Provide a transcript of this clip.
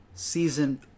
season